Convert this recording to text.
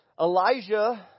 Elijah